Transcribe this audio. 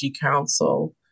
council